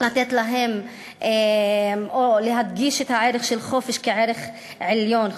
לתת להם או להדגיש את הערך של חופש כערך עליון,